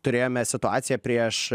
turėjome situaciją prieš